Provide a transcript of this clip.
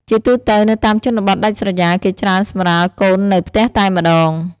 ជាទូទៅ នៅតាមជនបទដាច់ស្រយាល គេច្រើនសម្រាលកូននៅផ្ទះតែម្ដង។